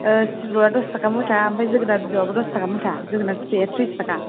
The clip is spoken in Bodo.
सिब्रुआ दस ताका मुथा ओमफ्राय जोगोनार बिजौआबो दस ताका मुथा जोगोनार फिसाया त्रिस ताका